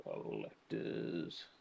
Collectors